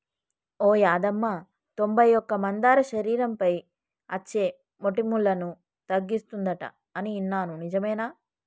ఓ యాదమ్మ తొంబై ఒక్క మందార శరీరంపై అచ్చే మోటుములను తగ్గిస్తుందంట అని ఇన్నాను నిజమేనా